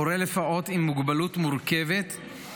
הורה לפעוט עם מוגבלות מורכבת,